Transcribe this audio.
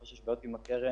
למי שיש בעיות עם הקרן,